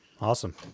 Awesome